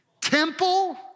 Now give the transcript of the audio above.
temple